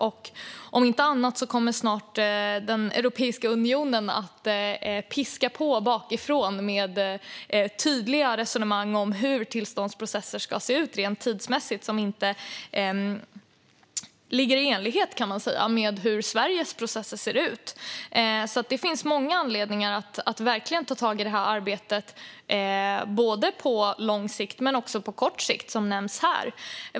Om inte annat kommer snart Europeiska unionen att piska på bakifrån med tydliga resonemang om hur tillståndsprocesser ska se ut rent tidsmässigt som inte är i enlighet med hur Sveriges processer ser ut. Det finns alltså många anledningar att verkligen ta tag i det här arbetet, både på lång sikt och på kort sikt, som nämns här.